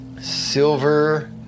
silver